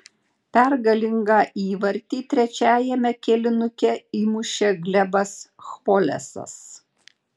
pergalingą įvartį trečiajame kėlinuke įmušė glebas chvolesas